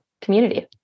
community